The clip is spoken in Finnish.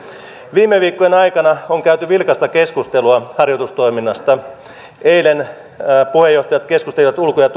viime viikkojen aikana on käyty vilkasta keskustelua harjoitustoiminnasta eilen puheenjohtajat keskustelivat ulko ja